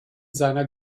seiner